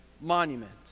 Monument